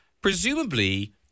presumably